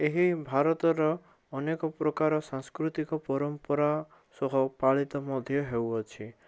ଏହି ଭାରତର ଅନେକ ପ୍ରକାର ସାଂସ୍କୃତିକ ପରମ୍ପରା ସହ ପାଳିତ ମଧ୍ୟ ହେଉଅଛି